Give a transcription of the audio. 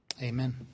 Amen